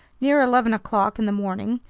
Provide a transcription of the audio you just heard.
near eleven o'clock in the morning,